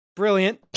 brilliant